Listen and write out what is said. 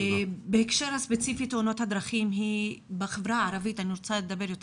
בהקשר ספציפי לתאונות הדרכים בחברה הערבית אני רוצה לדבר יותר